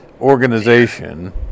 organization